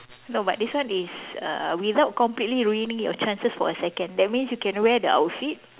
no but this one is uh without completely ruining your chances for a second that means you can wear the outfit